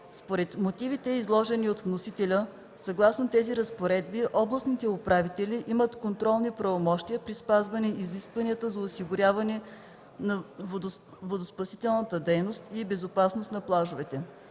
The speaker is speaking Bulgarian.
мотивите, изложени от вносителя, съгласно тези разпоредби областните управители имат контролни правомощия при спазване изискванията за осигуряване на водноспасителната дейност и безопасността на плажовете.